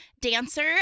dancer